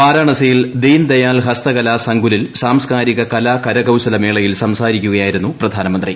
വീഴരാണസിയിലെ ദീൻ ദയാൽ ഹസ്തകല സങ്കുലിൽ സ്കാർസ്കാരിക കലാ കരകൌശല മേളയിൽ സംസാരിക്കുക്യായിരുന്നു പ്രധാനമന്ത്രി